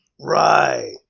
Right